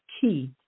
key